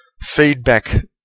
feedback